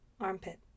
armpit